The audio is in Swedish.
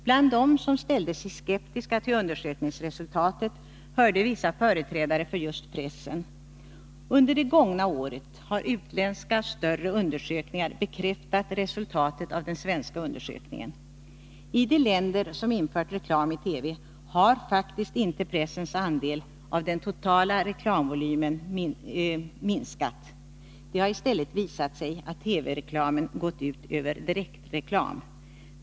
Bland dem som ställde sig skeptiska till undersökningsresultatet hörde vissa företrädare för just pressen. Under det gångna året har utländska större undersökningar bekräftat resultatet av den svenska undersökningen. I de länder som infört reklam i TV har faktiskt inte pressens andel av den totala reklamvolymen minskat. Det har visat sig att TV-reklamen gått ut över direktreklam.